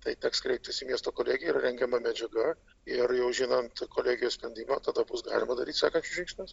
tai teks kreiptis į miesto kolegiją yra rengiama medžiaga ir jau žinant kolegijos sprendimą tada bus galima daryt sekančius žingsnius